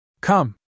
Come